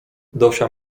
dosia